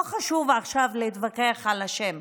לא חשוב עכשיו להתווכח על השם,